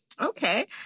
okay